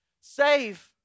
save